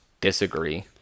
Disagree